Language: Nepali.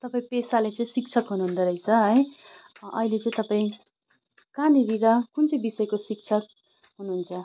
तपाईँ पेसाले चाहिँ शिक्षक हुनुहुँदो रहेछ है अहिले चाहिँ तपाईँ कहाँनिर र कुन चाहिँ विषयको शिक्षक हुनुहुन्छ